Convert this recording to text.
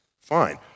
Fine